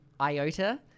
Iota